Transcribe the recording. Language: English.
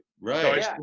right